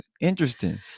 interesting